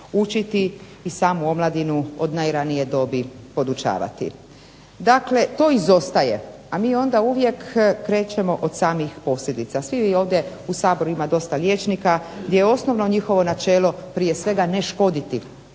učiti i samu omladinu od najranije dobi podučavati. Dakle, to izostaje. A mi onda uvijek krećemo od samih posljedica. Svi vi ovdje, u Saboru ima dosta liječnika, gdje je osnovno njihovo načelo prije svega ne škoditi,